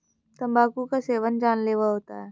तंबाकू का सेवन जानलेवा होता है